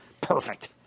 perfect